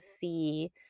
see